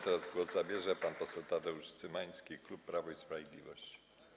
Teraz głos zabierze pan poseł Tadeusz Cymański, klub Prawo i Sprawiedliwość.